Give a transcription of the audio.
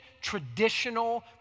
traditional